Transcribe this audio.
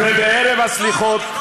ובערב הסליחות,